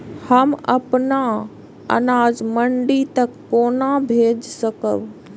हम अपन अनाज मंडी तक कोना भेज सकबै?